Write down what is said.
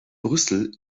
brüssel